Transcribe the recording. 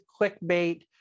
clickbait